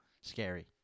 scary